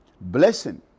blessing